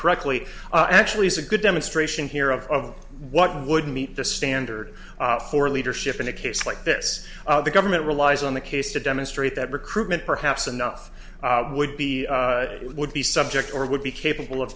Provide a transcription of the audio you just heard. correctly actually is a good demonstration here of what would meet the standard for leadership in a case like this the government relies on the case to demonstrate that recruitment perhaps enough would be would be subject or would be capable of